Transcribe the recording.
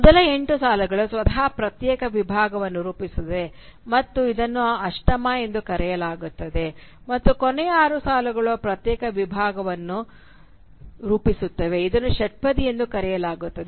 ಮೊದಲ ಎಂಟು ಸಾಲುಗಳು ಸ್ವತಃ ಪ್ರತ್ಯೇಕ ವಿಭಾಗವನ್ನು ರೂಪಿಸುತ್ತವೆ ಮತ್ತು ಇದನ್ನು ಅಷ್ಟಮ ಎಂದು ಕರೆಯಲಾಗುತ್ತದೆ ಮತ್ತು ಕೊನೆಯ ಆರು ಸಾಲುಗಳು ಪ್ರತ್ಯೇಕ ವಿಭಾಗವನ್ನು ರೂಪಿಸುತ್ತವೆ ಇದನ್ನು ಷಟ್ಪದಿ ಎಂದು ಕರೆಯಲಾಗುತ್ತದೆ